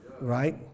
right